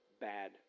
bad